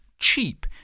cheap